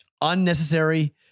Unnecessary